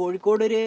കോഴിക്കോട് ഒരു